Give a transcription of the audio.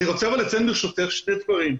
אני רוצה לציין ברשותך שני דברים.